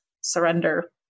surrender